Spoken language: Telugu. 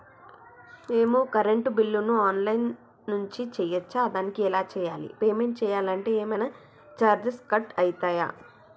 మేము కరెంటు బిల్లును ఆన్ లైన్ నుంచి చేయచ్చా? దానికి ఎలా చేయాలి? పేమెంట్ చేయాలంటే ఏమైనా చార్జెస్ కట్ అయితయా?